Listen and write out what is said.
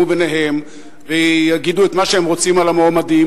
ביניהם ויגידו את מה שהם רוצים על המועמדים,